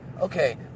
Okay